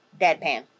deadpan